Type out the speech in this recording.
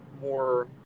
more